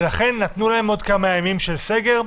לכן נתנו להם כמה ימים של סגר,